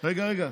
רגע, רגע,